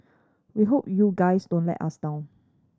we hope you guys don't let us down